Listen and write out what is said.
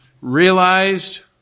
realized